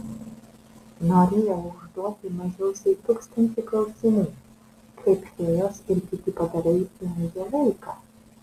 norėjau užduoti mažiausiai tūkstantį klausimų kaip fėjos ir kiti padarai leidžia laiką